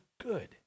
good